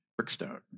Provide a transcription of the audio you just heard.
Brickstone